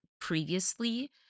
previously